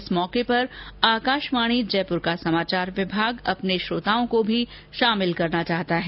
इस मौके पर आकाशवाणी जयपुर का समाचार विभाग अपने श्रोताओं को भी शामिल करना चाहता है